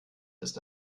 ist